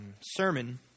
sermon